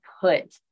put